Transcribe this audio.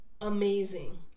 amazing